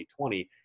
2020